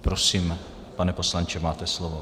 Prosím, pane poslanče, máte slovo.